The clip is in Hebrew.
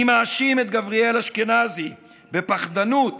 אני מאשים את גבריאל אשכנזי בפחדנות